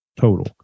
total